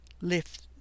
Lift